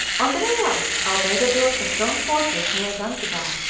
on the way out, almeida built a strong fortress near zanzibar,